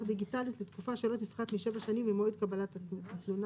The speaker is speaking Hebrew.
דיגיטלית לתקופה שלא תפחת מ-7 שנים ממועד קבלת התלונה.